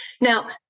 Now